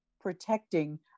protecting